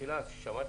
בתחילה לשמוע